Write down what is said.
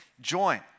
Join